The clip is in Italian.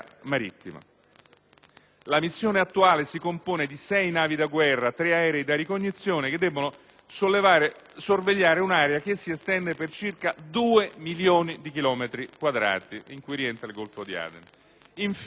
La missione attuale si compone di sei navi da guerra e tre aerei da ricognizione che devono sorvegliare una area che si estende per circa due milioni di chilometri quadrati, in cui rientra il Golfo di Aden.